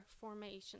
formation